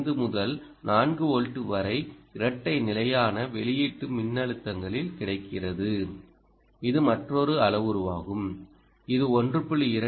5 முதல் 4 வோல்ட் வரை இரட்டை நிலையான வெளியீட்டு மின்னழுத்தங்களில் கிடைக்கிறது இது மற்றொரு அளவுருவாகும் இது 1